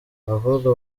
abakobwa